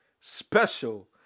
special